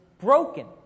broken